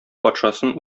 патшасын